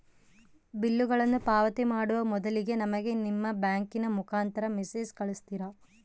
ಬಿಲ್ಲುಗಳನ್ನ ಪಾವತಿ ಮಾಡುವ ಮೊದಲಿಗೆ ನಮಗೆ ನಿಮ್ಮ ಬ್ಯಾಂಕಿನ ಮುಖಾಂತರ ಮೆಸೇಜ್ ಕಳಿಸ್ತಿರಾ?